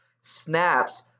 snaps